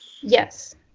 Yes